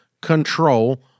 control